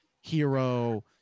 hero